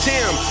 Tim